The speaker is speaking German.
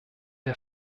der